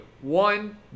one